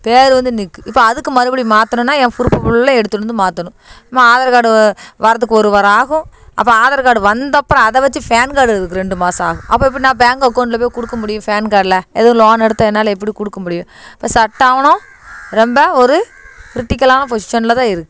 பேர் வந்து நிக்குது இப்போ அதுக்கு மறுபடி மாற்றணுன்னா என் ப்ரூஃப்பு ஃபுல்லா எடுத்துகிட்டு வந்து மாற்றணும் என்னமோ ஆதார் கார்டு வர்றத்துக்கு ஒரு வாரம் ஆகும் அப்போ ஆதார் கார்டு வந்தப்புறம் அதை வச்சு ஃபேன் கார்டு எடுக்க ரெண்டு மாதம் ஆகும் அப்போ எப்படி நான் பேங்க் அக்கௌண்ட்டில் போய் கொடுக்க முடியும் ஃபேன் கார்டில் எதுவும் லோன் எடுத்தால் என்னால் எப்படி கொடுக்க முடியும் இப்போ சட்ட ஆவணம் ரொம்ப ஒரு க்ரிட்டிக்கலான பொசிசனில்தான் இருக்குது